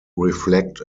reflect